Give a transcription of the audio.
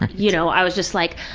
you know i was just like,